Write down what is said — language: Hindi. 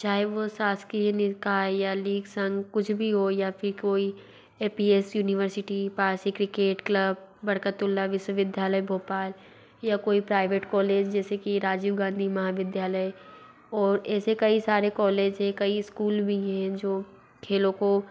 चाहे वो शासकीय निकाय या लीग संघ कुछ भी हो या फिर कोई A P S university Parsi cricket club Barkatullah विश्वविद्यालय भोपाल या कोई प्राइवेट कॉलेज जैसे कि राजीव गांधी महाविद्यालय और ऐसे कई सारे कॉलेज है कई इस्कूल भी हैं जो खेलों को